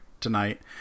tonight